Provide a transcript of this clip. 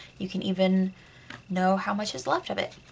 you can even know how much is left of it.